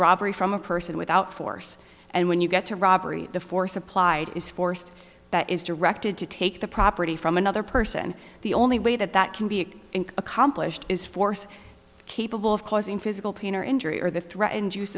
robbery from a person without force and when you get to robbery the force applied is forced that is directed to take the property from another person and the only way that that can be accomplished is force capable of causing physical pain or injury or the threatened